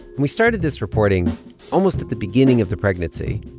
we started this reporting almost at the beginning of the pregnancy,